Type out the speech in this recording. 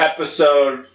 Episode